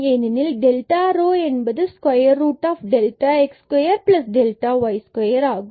ஏனெனில் delta rho square root of delta x square plus delta y square என்பது ஆகும்